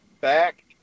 back